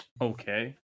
Okay